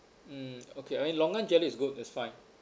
mm okay I mean longan jelly is good it's fine